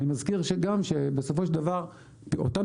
אני מזכיר שבסופו של דבר אותם